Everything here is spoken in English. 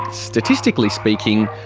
statistically speaking,